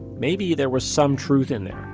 maybe there was some truth in there.